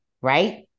right